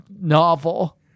novel